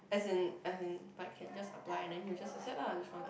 as in as in like can just apply then we just accept lah this one thing